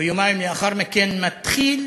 ויומיים לאחר מכן מתחיל